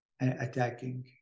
attacking